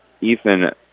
Ethan